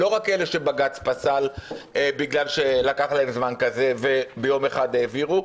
לא רק אלה שבג"ץ פסל בגלל שלקח להם זמן וביום אחד העבירו.